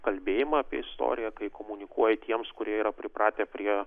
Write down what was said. kalbėjimą apie istoriją kai komunikuoji tiems kurie yra pripratę prie